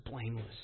blameless